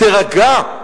תירגע,